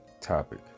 topic